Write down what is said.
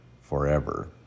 forever